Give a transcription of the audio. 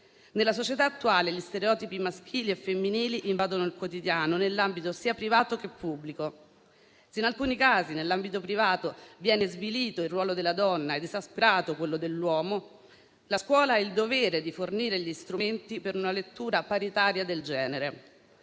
Nella società attuale gli stereotipi maschili e femminili invadono il quotidiano, nell'ambito sia privato sia pubblico. Se in alcuni casi nell'ambito privato viene svilito il ruolo della donna ed esasperato quello dell'uomo, la scuola ha il dovere di fornire gli strumenti per una lettura paritaria del genere.